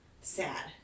sad